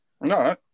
No